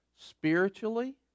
spiritually